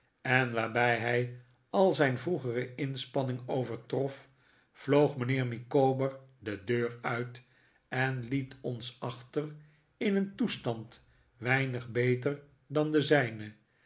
en waarbij hij al zijn vroegere inspanning overtrof vloog mijnheer micawber de deur uit en liet ons ach ter in een toestand weinig beter dan de zijne